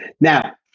Now